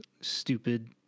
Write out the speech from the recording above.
stupid